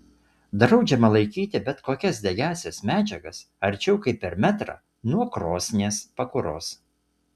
draudžiama laikyti bet kokias degiąsias medžiagas arčiau kaip per metrą nuo krosnies pakuros